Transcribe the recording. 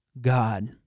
God